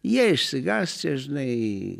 jie išsigąs čia žinai